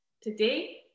Today